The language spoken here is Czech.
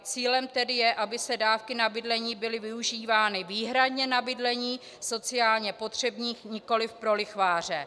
Cílem tedy je, aby dávky na bydlení byly využívány výhradně na bydlení sociálně potřebných, nikoliv pro lichváře.